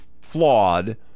flawed